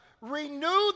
Renew